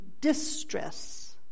distress